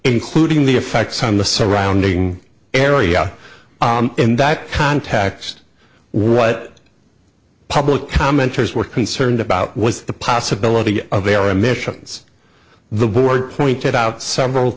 including the effects on the surrounding area in that context what public commenters were concerned about was the possibility of their emissions the board pointed out several